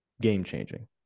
game-changing